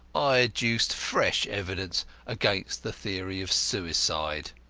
i adduced fresh evidence against the theory of suicide.